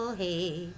hey